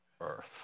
earth